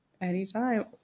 Anytime